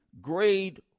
grade